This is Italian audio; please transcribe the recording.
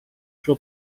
suo